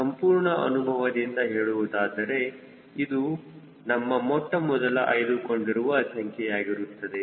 ಸಂಪೂರ್ಣ ಅನುಭವದಿಂದ ಹೇಳುವುದಾದರೆ ಇದು ನಮ್ಮ ಮೊಟ್ಟಮೊದಲ ಆಯ್ದುಕೊಂಡಿರುವ ಸಂಖ್ಯೆಯಾಗಿರುತ್ತದೆ